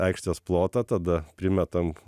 aikštės plotą tada primetam